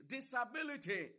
Disability